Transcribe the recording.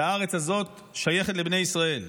שהארץ הזאת שייכת לבני ישראל.